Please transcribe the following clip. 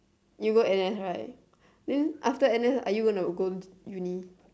you go n_s right then after n_s are you gonna go uni